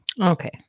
Okay